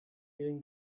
reading